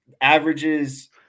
averages